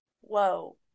whoa